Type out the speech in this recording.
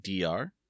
DR